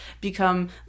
become